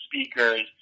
speakers